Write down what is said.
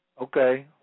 Okay